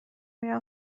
میرم